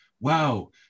wow